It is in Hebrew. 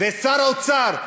ושר האוצר,